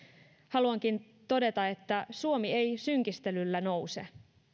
haluankin todeta että suomi ei synkistelyllä nouse